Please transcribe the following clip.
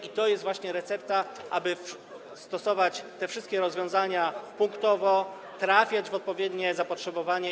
I to jest właśnie recepta - trzeba stosować te wszystkie rozwiązania punktowo, trafiać w odpowiednie zapotrzebowanie.